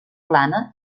plana